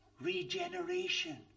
Regeneration